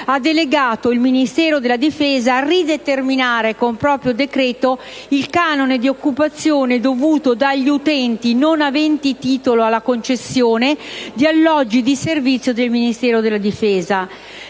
ha delegato il Ministero della difesa a rideterminare con proprio decreto il canone di occupazione dovuto dagli utenti non aventi titolo alla concessione di alloggi di servizio del Ministero della difesa.